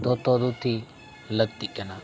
ᱫᱚᱛᱚ ᱫᱷᱩᱛᱤ ᱞᱟᱹᱠᱛᱤᱜ ᱠᱟᱱᱟ